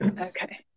okay